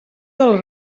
del